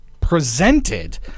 presented